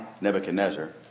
Nebuchadnezzar